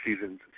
seasons